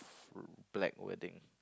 black wedding